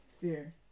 fear